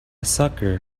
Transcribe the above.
sucker